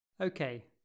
Okay